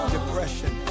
Depression